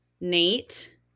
Nate